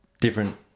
Different